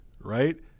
right